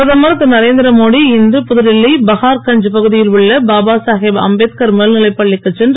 பிரதமர் திருநரேந்திர மோடி இன்று புதுடில்லி பஹார்கஞ்ச் பகுதியில் உள்ள பாபாசஹேப் அம்பேத்கார் மேல்நிலைப் பள்ளிக்குச் சென்று